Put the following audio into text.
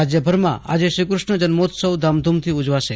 રાજ્યભરમાં આજે શ્રીકૃષ્ણ જન્મોત્સવ ધામધૂમથી ઉજવાશે